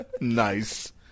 Nice